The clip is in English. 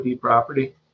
property